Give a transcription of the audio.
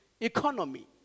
economy